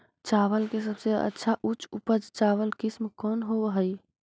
चावल के सबसे अच्छा उच्च उपज चावल किस्म कौन होव हई?